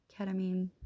ketamine